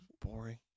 boring